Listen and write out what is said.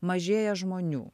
mažėja žmonių